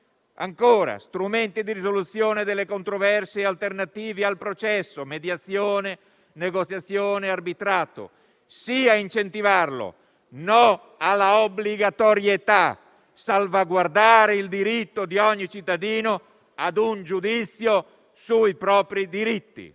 per gli strumenti di risoluzione delle controversie alternativi al processo (mediazione, negoziazione e arbitrato), ma no all'obbligatorietà; occorre salvaguardare il diritto di ogni cittadino ad un giudizio sui propri diritti.